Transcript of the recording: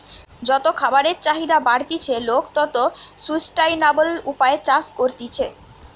যত খাবারের চাহিদা বাড়তিছে, লোক তত সুস্টাইনাবল উপায়ে চাষ করতিছে